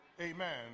Amen